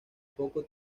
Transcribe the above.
poco